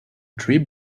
tree